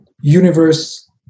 universe